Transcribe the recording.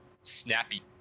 snappy